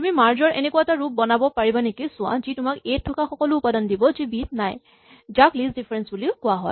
তুমি মাৰ্জ ৰ এনেকুৱা এটা ৰূপ বনাব পাৰা নেকি চোৱা যি তোমাক এ ত থকা সকলো উপাদান দিব যি বি ত নাই যাক লিষ্ট ডিফাৰেঞ্চ বুলিও কোৱা হয়